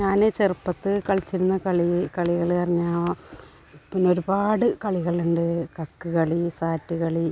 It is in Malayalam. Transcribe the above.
ഞാൻ ചെറുപ്പത്തു കളിച്ചിരുന്ന കളീ കളികൾ പറഞ്ഞാൽ പിന്നൊരുപാട് കളികളുണ്ട് കക്ക്കളി സാറ്റ് കളി